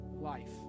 life